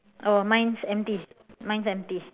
oh mine's empty mine's empty